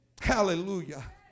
hallelujah